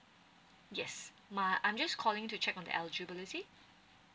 yes my I'm just calling to check on the eligibility